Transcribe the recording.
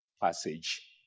passage